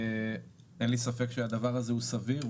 אין לי ספק שהדבר הזה סביר,